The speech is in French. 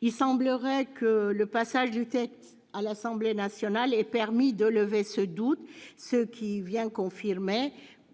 Il semblerait que le passage du texte à l'Assemblée nationale ait permis de lever ce doute, ce qui vient confirmer,